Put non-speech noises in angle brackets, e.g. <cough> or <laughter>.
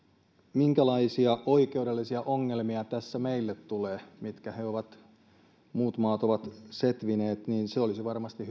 minkälaisia oikeudellisia ongelmia tässä meille tulee mitkä muut maat ovat setvineet se olisi varmasti <unintelligible>